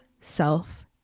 self